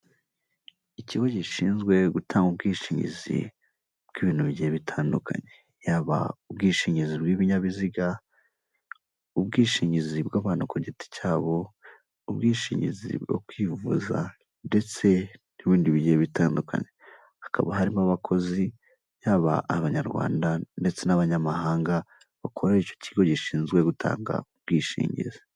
Ikigo gishinzwe gutanga ubwishingizi bw'ibintu bigiye bitandukanye, yaba ubwishingizi bw'ibinyabiziga, ubwishingizi bw'abantu ku giti cyabo, ubwishingizi bwo kwivuza ndetse n'ibindi bigiye bitandukanye, hakaba harimo abakozi yaba abanyarwanda ndetse n'abanyamahanga bakorera icyo kigo gishinzwe gutanga ubwishingizi.